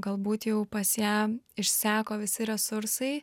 galbūt jau pas ją išseko visi resursai